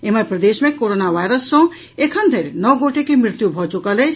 एम्हर प्रदेश मे कोरोना वायरस सॅ एखन धरि नओ गोटे के मृत्यु भऽ चुकल अछि